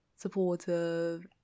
supportive